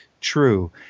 true